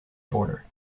border